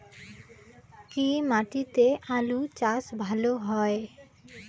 কি মাটিতে আলু চাষ ভালো হয়?